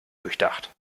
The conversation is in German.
durchdacht